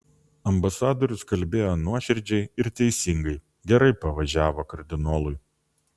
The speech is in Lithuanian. ambasadorius kalbėjo nuoširdžiai ir teisingai gerai pavažiavo kardinolui